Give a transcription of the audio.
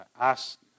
ask